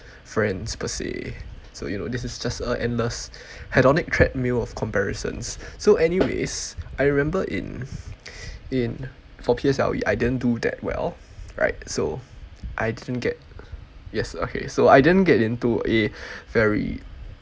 friends per se so you know this is just a endless hedonic treadmill of comparisons so anyways I remember in in for P_S_L_E I didn't do that well right so I didn't get yes okay so I didn't get into a very